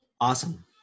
Awesome